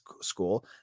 school